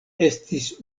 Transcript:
estis